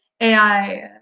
AI